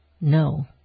No